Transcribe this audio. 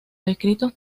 escritos